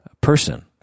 person